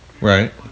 Right